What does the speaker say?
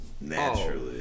Naturally